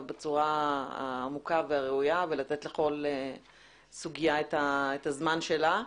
בצורה העמוקה והראויה ולכתת לכל סוגיה את הזמן שלה.